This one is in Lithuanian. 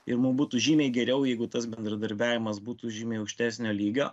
ir mum būtų žymiai geriau jeigu tas bendradarbiavimas būtų žymiai aukštesnio lygio